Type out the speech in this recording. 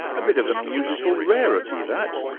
a bit of a musical rarity that,